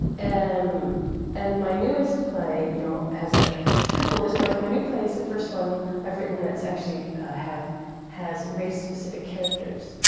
and um and my newest play you know, has a couple there's my my new play is the first one i've written that's actually have has race-specific characters.